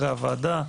הוועדה,